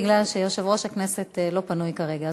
בגלל שיושב-ראש הכנסת לא פנוי כרגע,